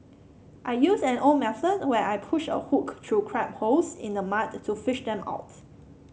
I use an old method where I push a hook through crab holes in the mud to fish them out